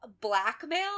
blackmail